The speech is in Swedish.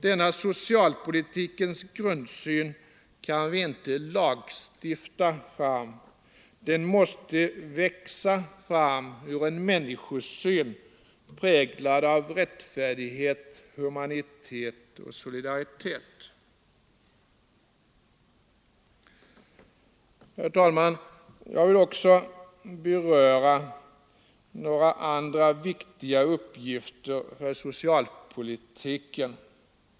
Denna socialpolitikens grundsyn kan vi inte lagstifta fram; den måste växa fram ur en människosyn präglad av rättfärdighet, humanitet och solidaritet. Herr talman! Jag vill också beröra några andra viktiga uppgifter för socialpolitiken.